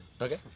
Okay